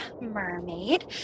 mermaid